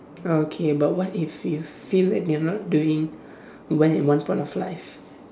okay but what if if feel that they are not doing well at one point of life